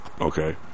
okay